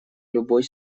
любой